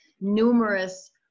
numerous